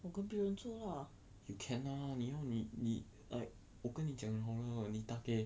我跟别人做 lah